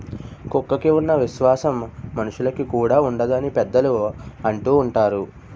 కుక్కకి ఉన్న విశ్వాసం మనుషులుకి కూడా ఉండదు అని పెద్దలు అంటూవుంటారు